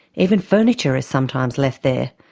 even furniture is sometimes left there.